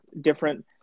different